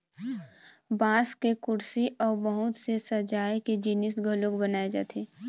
बांस के कुरसी अउ बहुत से सजाए के जिनिस घलोक बनाए जाथे